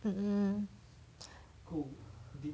mm